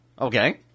Okay